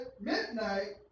midnight